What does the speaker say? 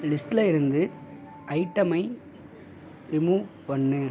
லிஸ்ட்டில் இருந்து ஐட்டமை ரிமூவ் பண்ணு